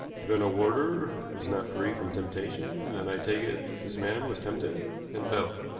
even a warder is not free from temptation, and i take it this man was tempted, and fell.